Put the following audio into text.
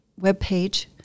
webpage